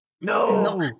No